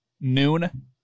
noon